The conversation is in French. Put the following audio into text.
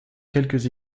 quelques